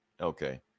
Okay